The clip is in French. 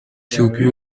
circuit